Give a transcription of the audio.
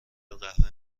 قهوه